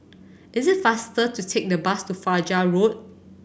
is it faster to take the bus to Fajar Road